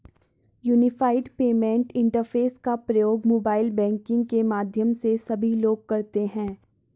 unified payment interface का प्रयोग mobile banking के माध्यम से सभी लोग करते हैं